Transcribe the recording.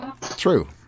True